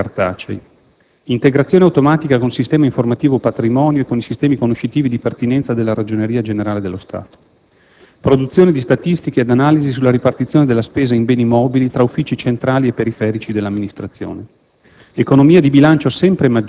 eliminazione di tutti i modelli cartacei; integrazione automatica con il Sistema Informativo Patrimonio e con i sistemi conoscitivi di pertinenza della Ragioneria Generale dello Stato; produzione di statistiche ed analisi sulla ripartizione della spesa in beni mobili tra uffici centrali e periferici dell'Amministrazione;